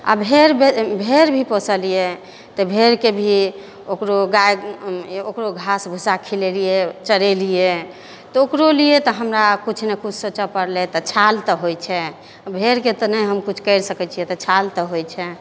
आओर भेड़ भेड़ भी पोसलियै तऽ भेड़के भी ओकरो गाय ओकरो घास भुस्सा खीलेलियै चरेलियै तऽ ओकरो लिअ तऽ हमरा कुछ ने कुछ सोचै पड़लै तऽ छाल तऽ होइ छै भेड़के तऽ नहि हम कुछ करि सकै छियै तऽ छाल तऽ होइ छै